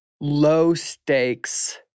low-stakes